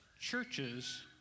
churches